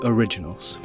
Originals